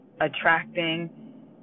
attracting